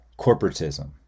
corporatism